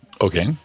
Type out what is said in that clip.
Okay